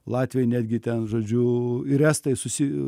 latviai netgi ten žodžiu ir estai susi